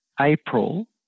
April